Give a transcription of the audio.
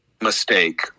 mistake